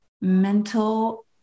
mental